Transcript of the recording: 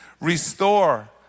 restore